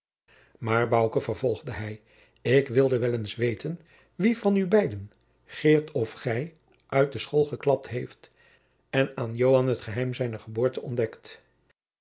bouke vervolgde hij ik wilde wel eens weten wie van u beiden geert of gij uit de school geklapt heeft en aan joan het geheim zijner geboorte ontdekt